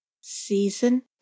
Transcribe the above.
Season